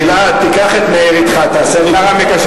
גלעד, תיקח את מאיר אתך, תעשה לי טובה.